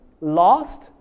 lost